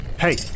Hey